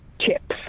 Chips